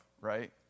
right